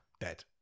dead